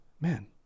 Man